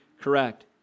correct